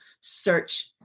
search